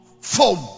foam